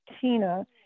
Tina